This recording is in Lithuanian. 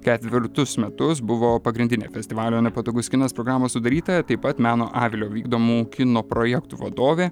ketvirtus metus buvo pagrindinė festivalio nepatogus kinas programos sudarytoja taip pat meno avilio vykdomų kino projektų vadovė